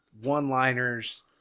one-liners